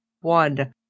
one